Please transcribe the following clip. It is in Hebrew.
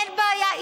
אין בעיה,